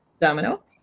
Domino